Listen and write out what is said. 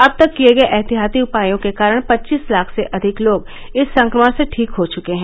अब तक किए गए एहतियाती उपायों के कारण पच्चीस लाख से अधिक लोग इस संक्रमण से ठीक हो चुके हैं